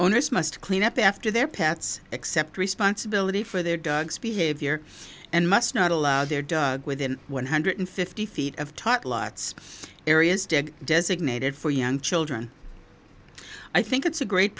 owners must clean up after their pets accept responsibility for their dog's behavior and must not allow their dog within one hundred fifty feet of tot lots areas dead designated for young children i think it's a great